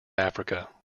africa